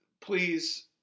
please